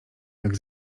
jak